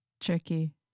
tricky